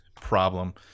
problem